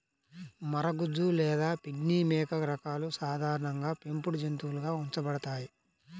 మరగుజ్జు లేదా పిగ్మీ మేక రకాలు సాధారణంగా పెంపుడు జంతువులుగా ఉంచబడతాయి